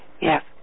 Yes